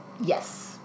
Yes